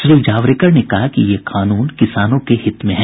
श्री जावड़ेकर ने कहा कि ये कानून किसानों के हित में है